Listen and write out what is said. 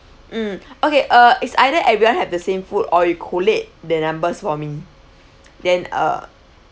mm okay uh is either everyone have the same food or you collect the numbers for me then uh